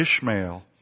Ishmael